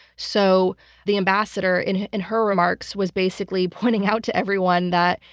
so the ambassador in in her remarks was basically pointing out to everyone that,